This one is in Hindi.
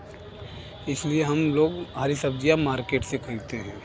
इस लिए हम लोग हरी सब्ज़ियाँ मार्केट से ख़रीदते हैं